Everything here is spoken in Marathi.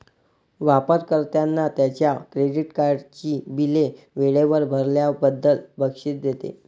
वापर कर्त्यांना त्यांच्या क्रेडिट कार्डची बिले वेळेवर भरल्याबद्दल बक्षीस देते